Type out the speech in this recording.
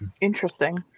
Interesting